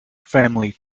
family